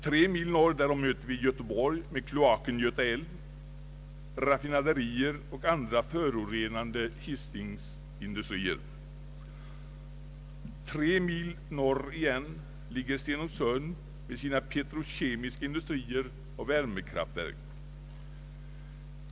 Tre mil norr därom möter vi Göteborg med kloaken Göta älv, raffinaderier och andra förorenande Hisingsindustrier. Tre mil längre norr ut ligger Stenungsund med sina petrokemiska industrier och värmekraftverk.